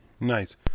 Nice